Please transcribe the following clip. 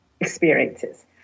experiences